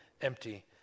empty